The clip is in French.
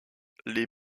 les